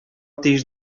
тиеш